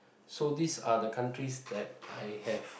so these are the countries that I have